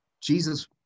Jesus